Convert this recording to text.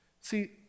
See